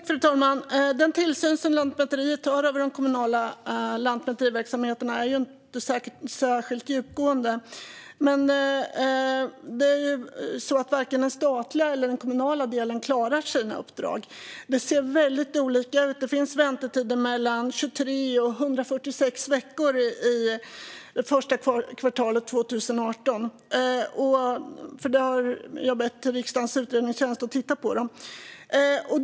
Fru talman! Den tillsyn som Lantmäteriet har över de kommunala lantmäteriverksamheterna är inte särskilt djupgående. Men varken den statliga eller den kommunala delen klarar sina uppdrag. Det ser väldigt olika ut. Under det första kvartalet 2018 fanns det väntetider på mellan 23 och 146 veckor, vilket riksdagens utredningstjänst har tittat på för min räkning.